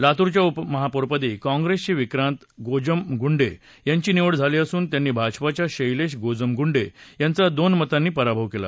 लातूरच्या महापौरपदी कौंप्रेसचे विक्रांत गोजमगुंडे यांची निवड झाली असून त्यांनी भाजपाच्या शर्सिश गोजमगुंडे यांचा दोन मतांनी पराभव केला